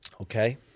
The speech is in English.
Okay